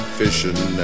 fishing